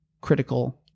critical